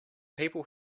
people